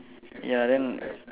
ya then